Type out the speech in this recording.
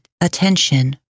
attention